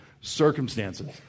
circumstances